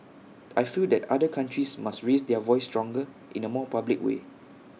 I feel that other countries must raise their voice stronger in A more public way